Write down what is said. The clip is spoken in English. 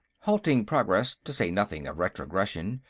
halting progress, to say nothing of retrogression,